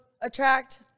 attract